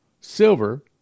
silver